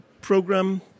program